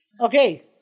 Okay